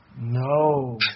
No